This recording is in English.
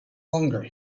longer